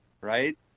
right